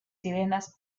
sirenas